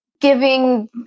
giving